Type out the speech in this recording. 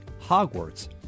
Hogwarts